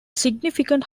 significant